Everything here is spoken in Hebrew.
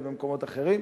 ובמקומות אחרים,